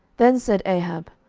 then said ahab,